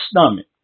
stomach